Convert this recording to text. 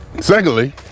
secondly